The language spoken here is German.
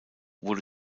wurde